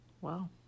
Wow